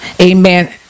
Amen